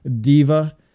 diva